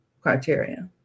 criteria